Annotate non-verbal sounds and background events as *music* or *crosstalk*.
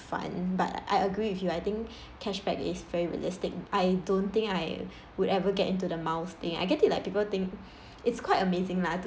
fun but I agree with you I think cashback is very realistic I don't think I would ever get into the miles thing I get it like people think *breath* it's quite amazing lah to